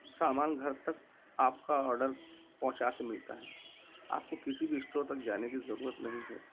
سامان گھر تک آپ کا آڈر پہنچا کے ملتا ہے آپ کو کسی بھی اسٹور تک جانے کی ضرورت نہیں ہوتی